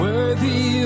Worthy